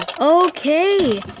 Okay